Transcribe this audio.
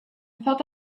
thought